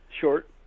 Short